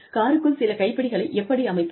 காருக்குள் சில கைப்பிடிகளை எப்படி அமைப்பது